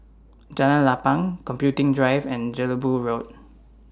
Jalan Lapang Computing Drive and Jelebu Road